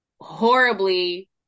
horribly